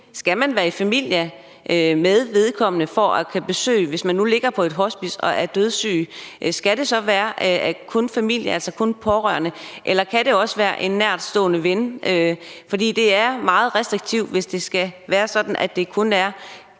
skal være i familie med vedkommende for at kunne komme på besøg? Hvis personen nu ligger på et hospice og er dødssyg, skal det så kun være familie, altså kun pårørende, eller kan det også være en nærtstående ven? For det er meget restriktivt, hvis det skal være sådan, at det kun er